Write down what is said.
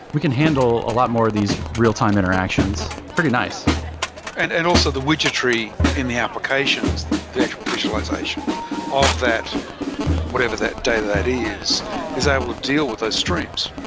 we can handle a lot more of these real-time interactions pretty nice and and also, the widget tree in the applications, the the actual visualization of that whatever that day that is is able to deal with those streams,